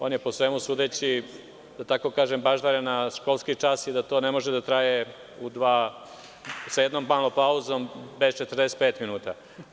On je po svemu sudeći, da tako kažem, baždarena na školski čas i da to ne može da traje bezmalo, sa jednom malom pauzom, traje 45 minuta.